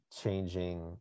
changing